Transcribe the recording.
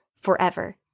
forever